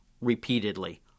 repeatedly